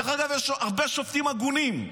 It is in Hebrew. דרך אגב, יש הרבה שופטים הגונים.